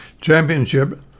Championship